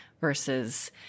versus